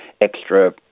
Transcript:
extra